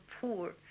poor